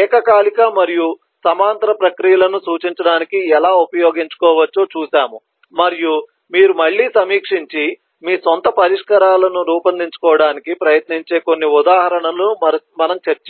ఏకకాలిక మరియు సమాంతర ప్రక్రియలను సూచించడానికి ఎలా ఉపయోగించవచ్చో చూసాము మరియు మీరు మళ్ళీ సమీక్షించి మీ స్వంత పరిష్కారాలను రూపొందించడానికి ప్రయత్నించే కొన్ని ఉదాహరణలను మనము చర్చించాము